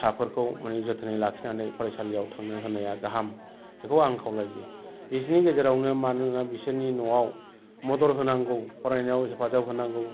फिसाफोरखौ माने जोथोनै लाखिनानै फरायसालियाव थांनो होनाया गाहाम बेखौ आं खावलायो बिसोरनि गेजेरावनो मानोना बिसोरनि न'आव मदद होनांगौ फरायनायाव हेफाजाब होनांगौ